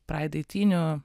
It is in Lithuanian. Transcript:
pride eitynių